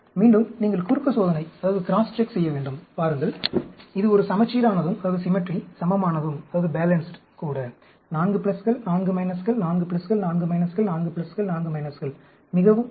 மீண்டும் நீங்கள் குறுக்கு சோதனை செய்ய வேண்டும் பாருங்கள் இது ஒரு சமச்சீரானதும் சமமானதும் கூட 4 பிளஸ்கள் 4 மைனஸ்கள் 4 பிளஸ்கள் 4 மைனஸ்கள் 4 பிளஸ்கள் 4 மைனஸ்கள் மிகவும் அருமை